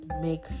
make